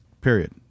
period